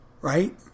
right